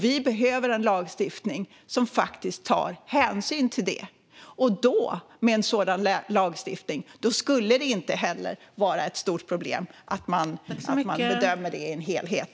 Vi behöver en lagstiftning som tar hänsyn till detta. Då skulle det inte heller vara ett stort problem att man bedömer detta som en helhet.